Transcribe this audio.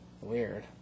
Weird